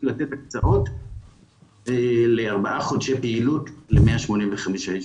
לתת הקצאות לארבעה חודשי פעילות ל-185 יישובים,